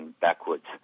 backwards